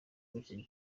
gutya